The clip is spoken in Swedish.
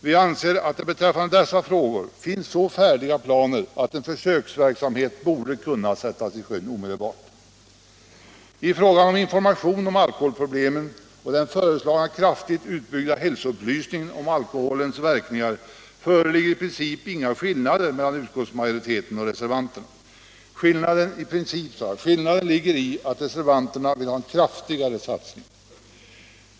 Vi anser att det beträffande dessa frågor finns så färdiga planer, att en försöksverksamhet omedelbart borde kunna sättas i sjön. I fråga om information om alkoholproblemen och den föreslagna kraftigt utbyggda hälsoupplysningen om alkoholens verkningar föreligger i princip inga skillnader mellan utskottsmajoriteten och reservanterna. Skillnaden ligger i att reservanterna vill ha en kraftigare satsning.